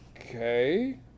okay